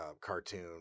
cartoon